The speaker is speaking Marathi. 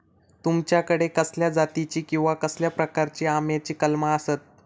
तुमच्याकडे कसल्या जातीची किवा कसल्या प्रकाराची आम्याची कलमा आसत?